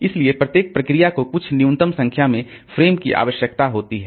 इसलिए प्रत्येक प्रोसेस को कुछ न्यूनतम संख्या में फ़्रेम की आवश्यकता होती है